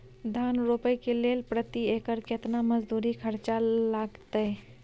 धान रोपय के लेल प्रति एकर केतना मजदूरी खर्चा लागतेय?